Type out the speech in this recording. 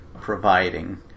providing